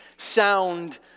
sound